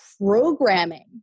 programming